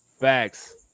Facts